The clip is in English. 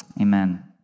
Amen